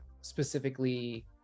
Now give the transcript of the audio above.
specifically